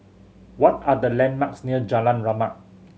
what are the landmarks near Jalan Rahmat